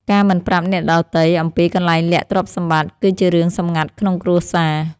ការមិនប្រាប់អ្នកដទៃអំពីកន្លែងលាក់ទ្រព្យសម្បត្តិ គឺជារឿងសម្ងាត់ក្នុងគ្រួសារ។